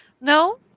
No